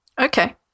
Okay